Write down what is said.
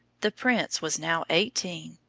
the prince was now eighteen,